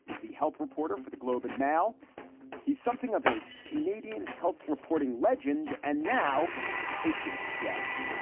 but the health reporter for the globe, and now he's something of a canadian health reporting legend. and now edgiest guest